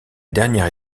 dernière